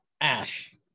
Ash